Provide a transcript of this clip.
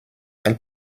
elle